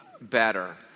better